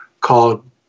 called